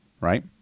right